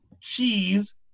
cheese